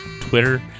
Twitter